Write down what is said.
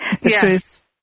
Yes